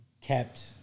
kept